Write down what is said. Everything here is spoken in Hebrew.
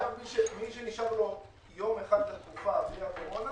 עכשיו מי שנשאר לו יום אחד לתקופה בלי הקורונה